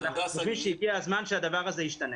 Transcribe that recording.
שהגיע הזמן שהזמן הזה ישתנה.